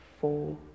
four